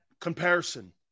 comparison